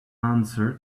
answer